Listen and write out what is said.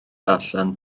allan